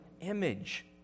image